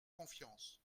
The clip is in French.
confiance